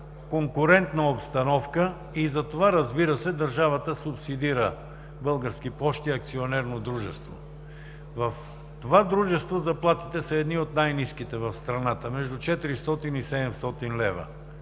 конкурентна обстановка и затова, разбира се, държавата субсидира „Български пощи“ АД. В това дружество заплатите са едни от най-ниските в страната – между 400 и 700 лева,